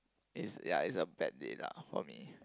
is ya is a bad day lah for me